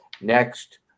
next